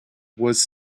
was